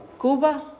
Cuba